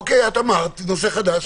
אוקי, את אמרת נושא חדש.